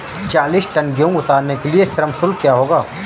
चालीस टन गेहूँ उतारने के लिए श्रम शुल्क क्या होगा?